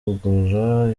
kugura